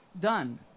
done